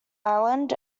island